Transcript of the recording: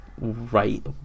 right